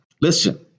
listen